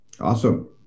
Awesome